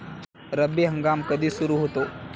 रब्बी हंगाम कधी सुरू होतो?